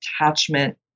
attachment